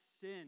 sin